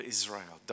Israel